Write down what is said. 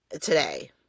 today